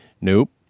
Nope